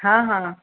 हाँ हाँ